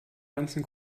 ganzen